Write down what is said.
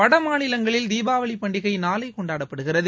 வட மாநிலங்களில் தீபாவளி பண்டிகை நாளை கொண்டாடப்படுகிறது